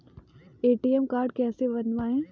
ATM card कैसे बनवाएँ?